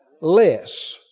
less